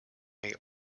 may